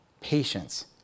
patience